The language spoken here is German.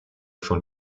schon